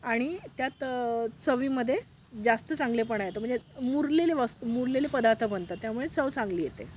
आणि त्यात चवीमध्ये जास्त चांगलेपणा येतं म्हणजे मुरलेले वस् मुरलेले पदार्थ बनतात त्यामुळे चव चांगली येते